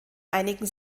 einigen